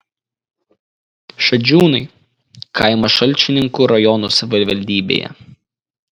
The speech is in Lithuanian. šadžiūnai kaimas šalčininkų rajono savivaldybėje